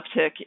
uptick